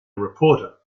reporter